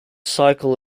cycle